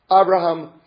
Abraham